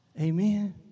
Amen